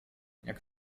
jak